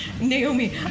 Naomi